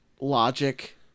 logic